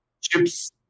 chips